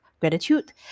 gratitude